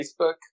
Facebook